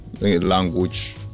language